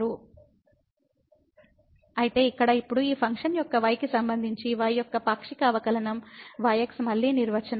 కాబట్టి ఇక్కడ ఇప్పుడు ఈ ఫంక్షన్ యొక్క y కి సంబంధించి y యొక్క పాక్షిక అవకలనం fx మళ్ళీ నిర్వచనం